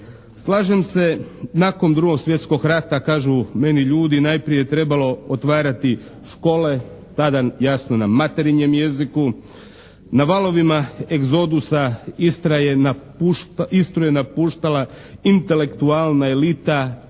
Slažem se nakon Drugog svjetskog rata kažu meni ljudi najprije je trebalo otvarati škole, tada jasno na materinjem jeziku, na valovima egzodusa Istru je napuštala intelektualna elita